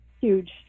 huge